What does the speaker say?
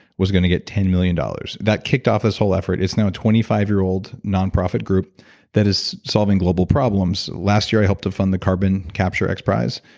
was going to get ten million dollars. that kicked off this whole effort is now a twenty five year old nonprofit group that is solving global problems last year, i helped to fund the carbon capture xprize,